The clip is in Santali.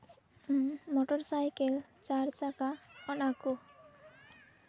ᱢᱚᱴᱚᱨ ᱥᱟᱭᱠᱮᱞ ᱪᱟᱨ ᱪᱟᱠᱟ ᱚᱱᱟ ᱠᱚ